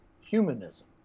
humanism